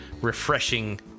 refreshing